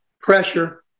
pressure